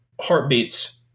heartbeats